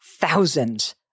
thousands